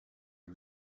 are